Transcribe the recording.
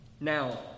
Now